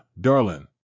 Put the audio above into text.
darling